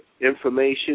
information